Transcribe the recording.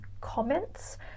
comments